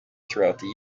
throughout